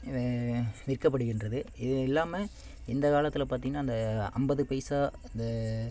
இவை விற்கப்படுகின்றது இது இல்லாமல் இந்த காலத்தில் பார்த்திங்கன்னா அந்த ஐம்பது பைசா அந்த